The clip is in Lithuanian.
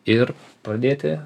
ir pradėti